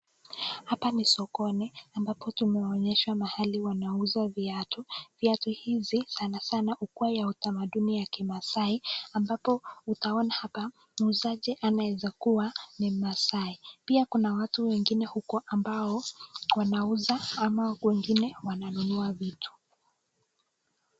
Hapa ni sokoni ambapo tumeonyeshwa mahali wanauza viatu, viatu hizi sanasana hukua ya utamaduni ya kimaasai ambapo utaona hapa muuzaji anaeza kuwa ni maasai. Pia kuna watu wengine huko, ambao wanauza ama wengine wananunua vitu.